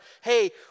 hey